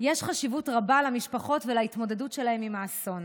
יש חשיבות רבה למשפחות ולהתמודדות שלהם עם האסון.